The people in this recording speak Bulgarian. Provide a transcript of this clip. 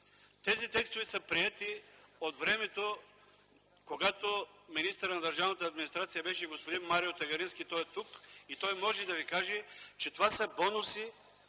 Тези текстове са приети от времето, когато министър на държавната администрация беше господин Марио Тагарински, който е тук. Той може да ви каже, че това са бонуси,